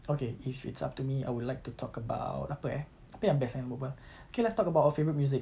okay if it's up to me I would like to talk about apa eh apa yang best eh nak berbual okay let's talk about our favorite music